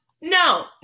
No